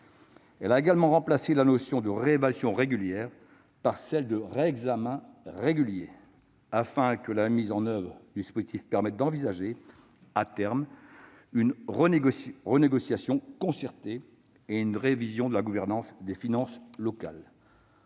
Elle a également remplacé la notion de « réévaluation régulière » par celle de « réexamen régulier », afin que la mise en oeuvre du dispositif permette d'envisager, à terme, une renégociation concertée et une révision de la gouvernance des finances locales.